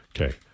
Okay